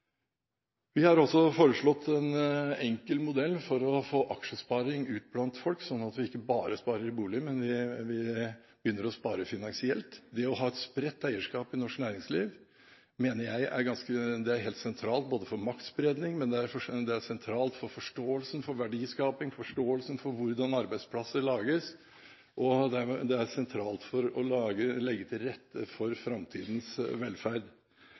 Vi har også foreslått en enkel modell for å få aksjesparing ut blant folk, sånn at vi ikke bare sparer i bolig, men begynner å spare finansielt. Det å ha et spredt eierskap i norsk næringsliv mener jeg er helt sentralt både for maktspredning og for forståelsen for verdiskaping, forståelsen for hvordan arbeidsplasser lages og dermed for å legge til rette for framtidens velferd.